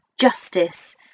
justice